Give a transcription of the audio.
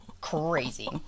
crazy